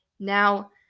now